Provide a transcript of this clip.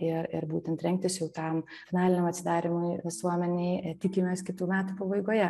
ir ir būtent rengtis jau tam finaliniam atsidarymui visuomenei tikimės kitų metų pabaigoje